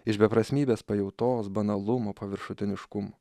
iš beprasmybės pajautos banalumo paviršutiniškumo